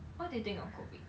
what do you think of COVID